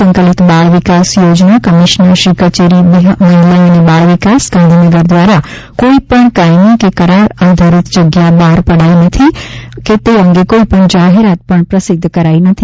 સંકલિત બાળ વિકાસ યોજના કમિશનરશ્રી કચેરી મહિલા અને બાળ વિકાસ ગાંધીનગર દ્વારા કોઇપણ કાયમી કે કરાર આધારિત જગ્યા બહાર પડાયેલ નથી કે તે અંગે કોઇપણ જાહેરાત પ્રસિદ્ધ કરાઇ નથી